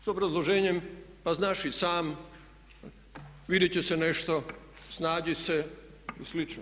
S obrazloženjem pa znaš i sam, vidjeti će se nešto, snađi se i slično.